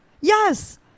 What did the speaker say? Yes